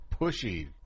pushy